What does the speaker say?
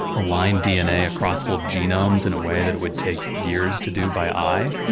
align dna across whole genomes in a way that it would take years to do by eye.